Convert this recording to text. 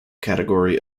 category